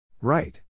right